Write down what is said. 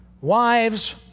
wives